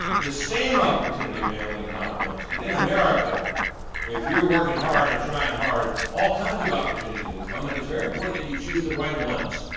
the same opportunity may only knock once, but in america if you're working hard and trying hard, all kinds of opportunities will come and it's very important that and you choose the right ones.